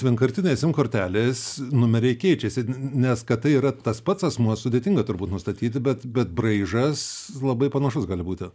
vienkartinės sim kortelės numeriai keičiasi nes kad tai yra tas pats asmuo sudėtinga turbūt nustatyti bet bet braižas labai panašus gali būti